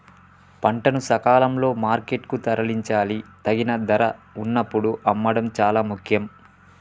పంటను సకాలంలో మార్కెట్ కు తరలించాలి, తగిన ధర వున్నప్పుడు అమ్మడం చాలా ముఖ్యం